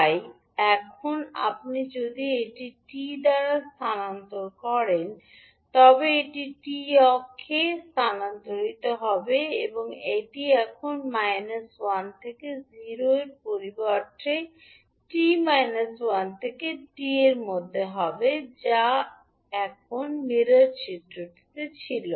তাই এখন আপনি যদি এটি 𝑡 দ্বারা স্থানান্তর করেন তবে এটি 𝑡 অক্ষে স্থানান্তরিত হবে এবং এটি এখন 1 থেকে 0 এর পরিবর্তে 𝑡 1 থেকে 𝑡 এর মধ্যে হবে যা এখন মিরর চিত্রটিতে ছিল